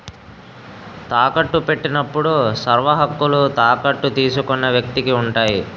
తాకట్టు పెట్టినప్పుడు సర్వహక్కులు తాకట్టు తీసుకున్న వ్యక్తికి ఉంటాయి